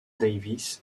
davis